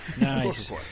Nice